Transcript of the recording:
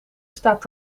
staat